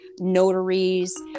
notaries